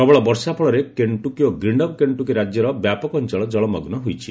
ପ୍ରବଳ ବର୍ଷା ଫଳରେ କେନ୍ଟୁକି ଓ ଗ୍ରୀନବ କେନ୍ଟୁକି ରାଜ୍ୟର ବ୍ୟାପକ ଅଞ୍ଚଳ ଜଳମଗ୍ନ ହୋଇଛି